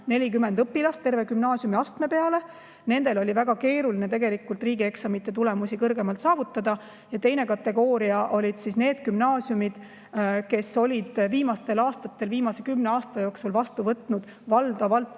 30–40 õpilast terve gümnaasiumiastme peale. Nendel oli väga keeruline tegelikult kõrgemaid riigieksamite tulemusi saavutada. Teine kategooria olid need gümnaasiumid, kes olid viimastel aastatel, viimase kümne aasta jooksul vastu võtnud valdavalt